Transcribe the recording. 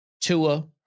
Tua